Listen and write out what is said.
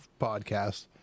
podcast